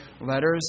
letters